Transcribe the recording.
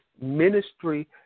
ministry